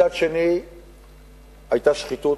מצד שני היתה שחיתות,